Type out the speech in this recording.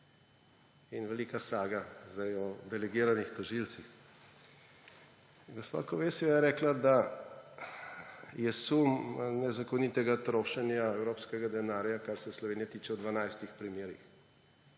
In velika saga zdaj o delegiranih tožilcih. Gospa Kövesijeva je rekla, da je sum nezakonitega trošenja evropskega denarja, kar se Slovenije tiče, v 12 primerih.